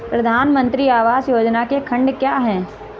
प्रधानमंत्री आवास योजना के खंड क्या हैं?